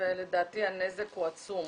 ולדעתי הנזק הוא עצום,